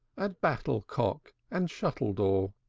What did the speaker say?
at battlecock and shuttledore.